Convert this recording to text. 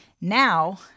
now